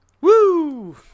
Woo